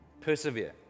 Persevere